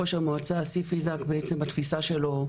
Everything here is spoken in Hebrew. ראש המועצה אסיף איזק, בעצם התפיסה שלו,